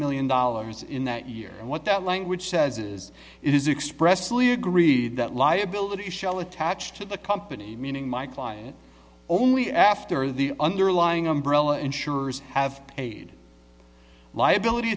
million dollars in that year and what that language says is it is expressively agreed that liability shall attach to the company meaning my client only after the underlying umbrella insurers have paid liability